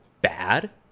bad